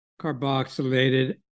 carboxylated